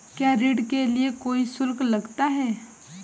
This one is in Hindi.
क्या ऋण के लिए कोई शुल्क लगता है?